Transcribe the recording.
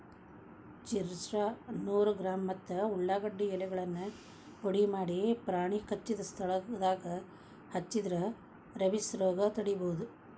ಚಿರ್ಚ್ರಾ ನೂರು ಗ್ರಾಂ ಮತ್ತ ಉಳಾಗಡ್ಡಿ ಎಲೆಗಳನ್ನ ಪುಡಿಮಾಡಿ ಪ್ರಾಣಿ ಕಚ್ಚಿದ ಸ್ಥಳದಾಗ ಹಚ್ಚಿದ್ರ ರೇಬಿಸ್ ರೋಗ ತಡಿಬೋದು